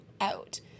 out